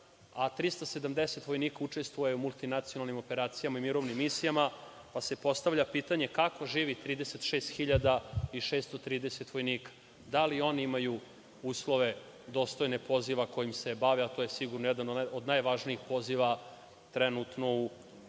a 370 vojnika učestvuje u multinacionalnim operacijama i mirovnim misijama, pa se postavlja pitanje – kako živi 36.630 vojnika? Da li oni imaju uslove dostojne poziva kojim se bave, a to je sigurno jedan od najvažnijih poziva trenutno u